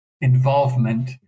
involvement